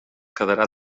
quedarà